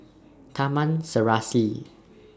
Taman Serasi